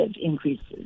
increases